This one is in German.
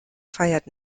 feiert